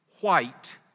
white